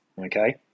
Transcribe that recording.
Okay